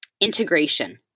integration